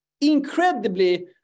incredibly